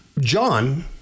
John